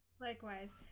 Likewise